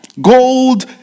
gold